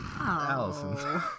Allison